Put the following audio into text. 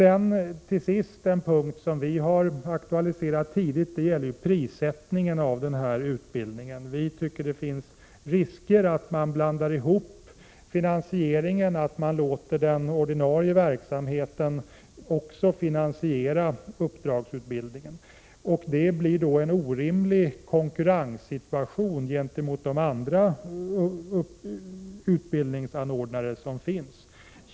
En punkt som vi har aktualiserat tidigt är prissättningen av denna utbildning. Vi tycker att det finns risk att man blandar ihop finansieringen, att man låter den ordinarie verksamheten också finansiera uppdragsutbildningen. Det blir då en orimlig konkurrenssituation gentemot de andra utbildningsanordnare som finns.